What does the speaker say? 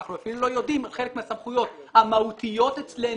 כי אנחנו אפילו לא יודעים האם חלק מהסמכויות המהותיות אצלנו,